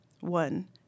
One